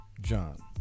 John